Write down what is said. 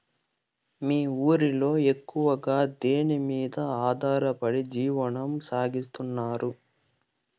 మీ ఊరిలో ఎక్కువగా దేనిమీద ఆధారపడి జీవనం సాగిస్తున్నారు?